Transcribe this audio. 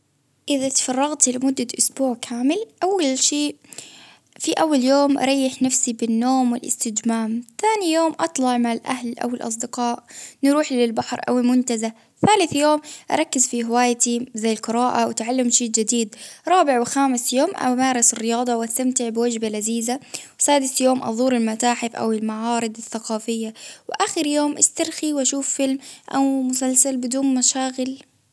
إذا تفرغت لمدة إسبوع كامل أول شيء في أول يوم أريح نفسي بالنوم والإستجمام، ثاني يوم أطلع مع الأهل، أو الأصدقاء نروح للبحر، أو المنتزه، ثالث يوم أركز في هوايتي، زي القراءة، وتعلم شيء جديد، رابع وخامس يوم أمارس الرياضة، وأستمتع بوجبة لذيذة، سادس يوم أزور المتاحف أو المعارض الثقافية، وآخر يوم استرخي ،وأشوف فيلم أو مسلسل بدون مشاغل.